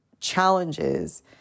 challenges